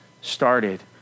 started